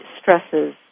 stresses